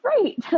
great